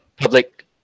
public